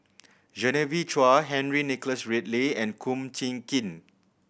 Genevieve Chua Henry Nicholas Ridley and Kum Chee Kin